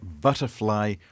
Butterfly